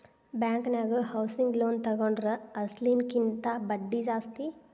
ಬ್ಯಾಂಕನ್ಯಾಗ housing loan ತಗೊಂಡ್ರ ಅಸ್ಲಿನ ಕಿಂತಾ ಬಡ್ದಿ ಜಾಸ್ತಿ